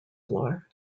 floor